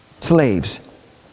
slaves